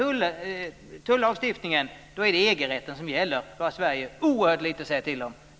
För tullagstiftningen är det EG-rätten som gäller. Sverige har väldigt lite att säga till om.